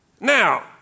Now